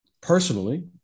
personally